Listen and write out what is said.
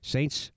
Saints